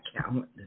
calendar